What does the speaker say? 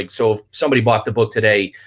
like so, somebody bought the book today,